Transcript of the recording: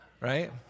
right